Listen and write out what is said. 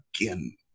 again